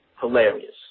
hilarious